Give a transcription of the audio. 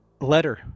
letter